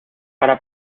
para